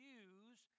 use